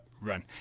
Run